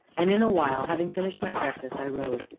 and in a while, having finished my breakfast, i rose,